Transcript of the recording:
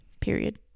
Period